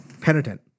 penitent